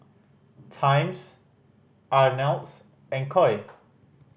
Times Ameltz and Koi